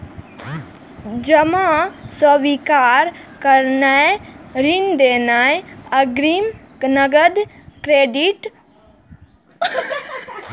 जमा स्वीकार करनाय, ऋण देनाय, अग्रिम, नकद, क्रेडिट, ओवरड्राफ्ट आदि बैंकक काज छियै